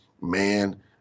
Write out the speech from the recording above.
man